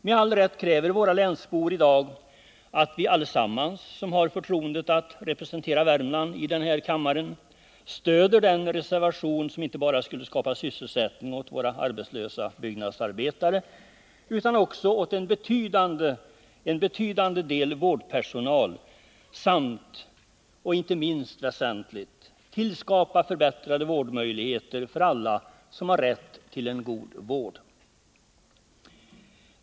Med all rätt kräver våra länsbor i dag att vi allesammans, som har förtroendet att representera Värmland i den här kammaren, stöder den reservation som skulle skapa sysselsättning inte bara åt våra arbetslösa byggnadsarbetare utan också åt en betydande del vårdpersonal samt — och det är inte minst väsentligt — tillskapa förbättrade vårdmöjligheter för alla som har rätt till en god vård.